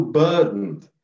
burdened